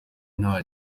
nta